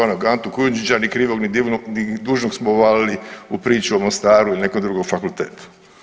Antu Kujundžića ni krivog ni dužnog smo uvalili u priču o Mostaru ili nekom drugom fakultetu.